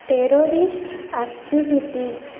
terrorist activities